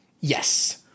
Yes